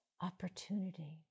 opportunity